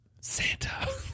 Santa